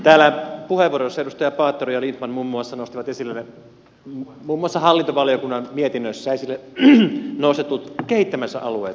täällä puheenvuoroissa edustajat paatero ja lindtman nostivat esille muun muassa hallintovaliokunnan mietinnössä esille nostetut kehittämisalueet